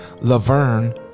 Laverne